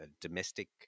domestic